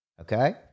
Okay